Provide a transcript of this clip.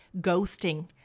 ghosting